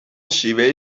شیوهای